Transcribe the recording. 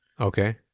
Okay